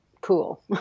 cool